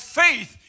faith